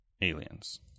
Aliens